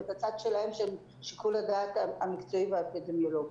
ואת הצד שלהם של שיקול הדעת המקצועי והאפידמיולוגי.